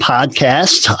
Podcast